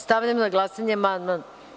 Stavljam na glasanje ovaj amandman.